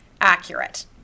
accurate